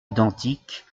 identiques